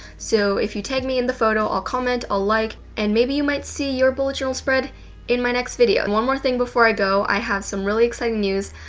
so, if you tag me in the photo, i'll comment, i'll like and maybe you might see your bullet journal spread in my next video. one more thing before i go, i have some really exciting news,